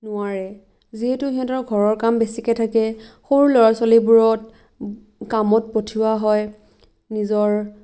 নোৱাৰে যিহেতু সিহঁতৰ ঘৰৰ কাম বেছিকে থাকে সৰু ল'ৰা ছোৱালীবোৰক কামত পঠিওৱা হয় নিজৰ